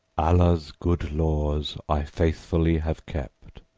allah's good laws i faithfully have kept,